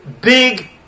big